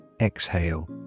Exhale